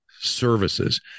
services